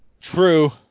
true